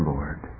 Lord